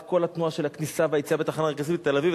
את כל התנועה של הכניסה והיציאה בתחנה המרכזית בתל-אביב.